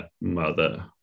mother